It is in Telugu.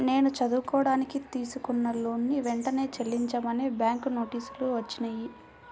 నేను చదువుకోడానికి తీసుకున్న లోనుని వెంటనే చెల్లించమని బ్యాంకు నోటీసులు వచ్చినియ్యి